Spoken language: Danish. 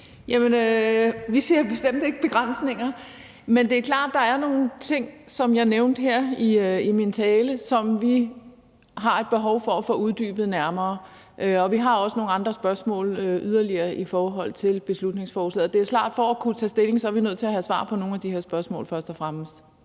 Vi ser bestemt ikke begrænsninger. Men det er klart, at der er nogle ting, som jeg nævnte her i min tale, som vi har et behov for at få uddybet nærmere. Og vi har også nogle yderligere spørgsmål i forhold til beslutningsforslaget. Det er klart, at for at kunne tage stilling er vi nødt til at have svar på nogle af de her spørgsmål først og fremmest.